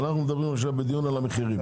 אנחנו בדיון על המחירים.